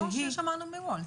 כמו ששמענו מוולט.